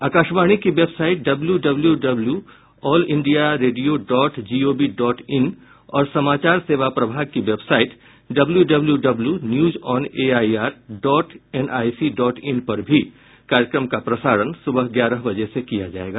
आकाशवाणी की website W W all India radio dot GOV dot in और सामाचार सेवा प्रभाग की website W W W news on AIR dot NIC dot in पर भी कार्यक्रम का प्रसारण सुबह ग्यारह बजे से किया जायेगा